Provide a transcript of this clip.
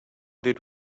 did